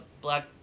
black